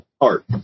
art